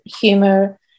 humor